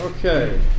Okay